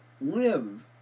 live